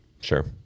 Sure